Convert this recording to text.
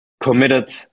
committed